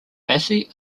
massey